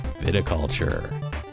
Viticulture